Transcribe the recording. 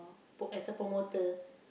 oh as a promoter